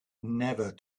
never